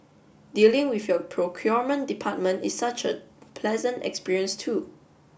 dealing with your procurement department is such a pleasant experience too